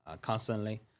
constantly